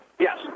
Yes